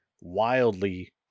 wildly